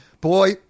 boy